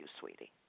sweetie